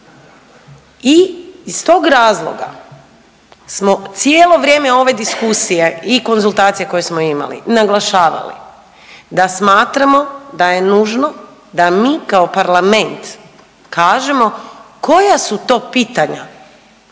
i iz tog razloga smo cijelo vrijeme ove diskusije i konzultacije koje smo imali naglašavali da smatramo da je nužno da mi kao parlament kažemo koja su to pitanja